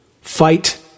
fight